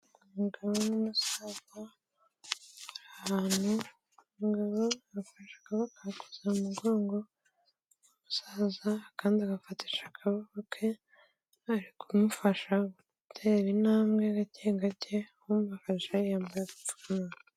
Umugabo n'umusaza bari ahantu, umugabo yafashe akaboko agakoza mu mugongo w'umusaza, akandi agafatisha akaboko ke, ari kumufasha gutera intambwe gake gake, umufashe yambaye agapfukamunwa.